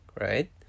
right